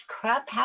crap